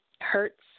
hurts